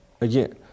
Again